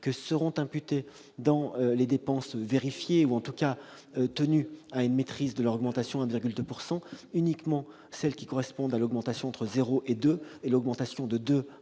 que seront imputées dans les dépenses vérifiées, ou en tout cas tenues à une maîtrise de leur augmentation à 1,2 %, uniquement celles qui correspondent à l'augmentation entre 0 % et 2 %; l'augmentation de 2 %